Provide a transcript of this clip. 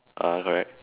ah correct